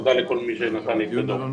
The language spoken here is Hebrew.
תודה לכל מי שנתן את ידו.